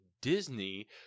Disney